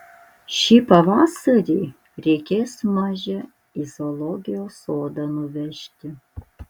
šį pavasarį reikės mažę į zoologijos sodą nuvežti